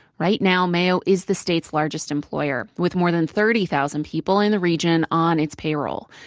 right now, mayo is the state's largest employer, with more than thirty thousand people in the region on its payroll.